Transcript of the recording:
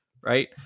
right